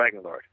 Dragonlord